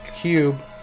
cube